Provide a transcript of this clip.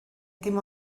dim